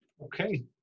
Okay